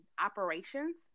operations